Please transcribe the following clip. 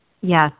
Yes